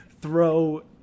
throw